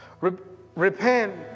Repent